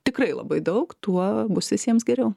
tikrai labai daug tuo bus visiems geriau